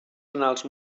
anals